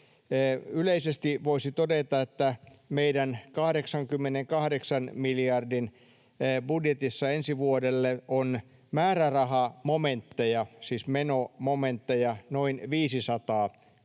Yleisesti voisi todeta, että meidän 88 miljardin budjetissa ensi vuodelle on määrärahamomentteja, siis menomomentteja, noin 500